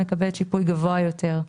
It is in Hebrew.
מקבלת שיפוי גבוה יותר,